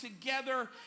together